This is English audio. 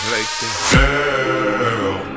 Girl